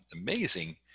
amazing